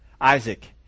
Isaac